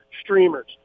streamers